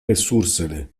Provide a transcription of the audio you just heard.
resursele